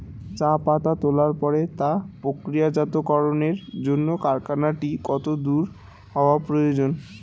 চা পাতা তোলার পরে তা প্রক্রিয়াজাতকরণের জন্য কারখানাটি কত দূর হওয়ার প্রয়োজন?